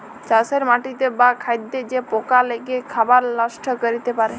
চাষের মাটিতে বা খাদ্যে যে পকা লেগে খাবার লষ্ট ক্যরতে পারে